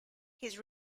his